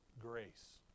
Grace